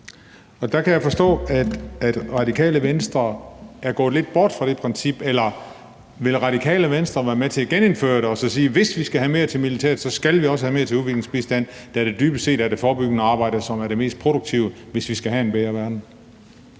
Der kan jeg forstå, at Radikale Venstre er gået lidt bort fra det princip. Eller vil Radikale Venstre være med til at genindføre det og så sige: Hvis vi skal have mere til militæret, skal vi også have mere til udviklingsbistand, da det dybest set er det forebyggende arbejde, som er det mest produktive, hvis vi skal have en bedre verden?